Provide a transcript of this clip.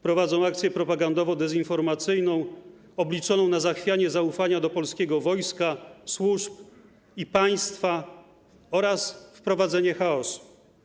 Prowadzą akcję propagandowo-dezinformacyjną obliczoną na zachwianie zaufania do polskiego wojska, polskich służb i państwa oraz wprowadzenie chaosu.